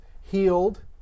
healed